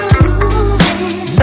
moving